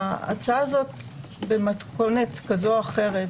ההצעה הזאת במתכונת כזו או אחרת,